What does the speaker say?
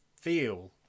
feel